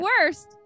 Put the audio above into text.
worst